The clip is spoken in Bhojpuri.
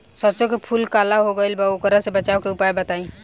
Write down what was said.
सरसों के फूल काला हो गएल बा वोकरा से बचाव के उपाय बताई?